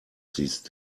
these